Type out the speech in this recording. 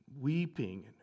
weeping